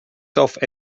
self